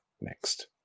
next